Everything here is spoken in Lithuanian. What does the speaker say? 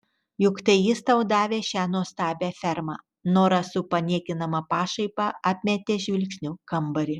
juk tai jis tau davė šią nuostabią fermą nora su paniekinama pašaipa apmetė žvilgsniu kambarį